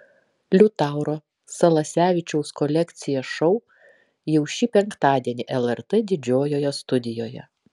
liutauro salasevičiaus kolekcija šou jau šį penktadienį lrt didžiojoje studijoje